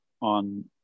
on